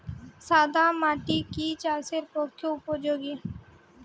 সাদা মাটি কি চাষের পক্ষে উপযোগী?